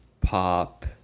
pop